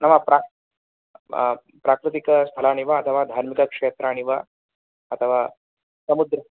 नाम प्रा प्राकृतिकस्थलानि वा अथवा धार्मिकक्षेत्राणि वा अथवा समुद्र